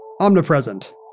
Omnipresent